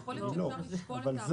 אז יכול להיות שאפשר לשקול את ההרחבה.